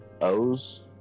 O's